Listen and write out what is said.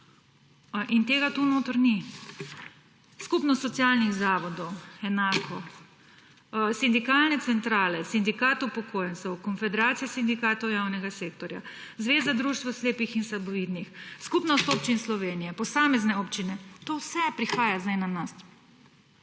In tega tu noter ni. Skupnost socialnih zavodov – enako, sindikalne centrale, Sindikat upokojencev, Konfederacija sindikatov javnega sektorja, Zveza društev slepih in slabovidnih, Skupnost občin Slovenije, posamezne občine; to vse prihaja zdaj na nas